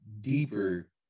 deeper